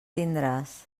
tindràs